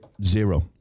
Zero